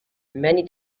many